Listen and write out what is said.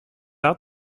out